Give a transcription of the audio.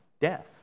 death